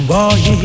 Boy